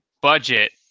budget